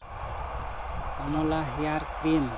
Amla hair cream